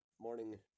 morning